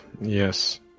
yes